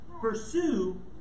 pursue